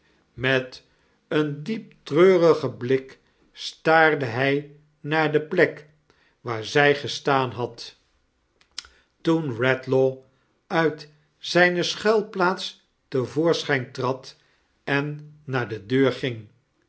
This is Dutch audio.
met een diep treurigen blik staarde hij naar de plek waar zij gestaan had toen eedlaw uit zijne schuilplaats te voorschijn trad en naar de deur ging